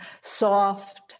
soft